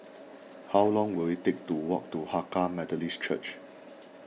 how long will it take to walk to Hakka Methodist Church